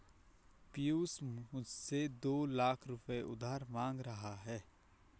पियूष मुझसे दो लाख रुपए उधार मांग रहा है